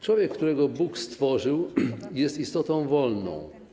Człowiek, którego Bóg stworzył, jest istotą wolną.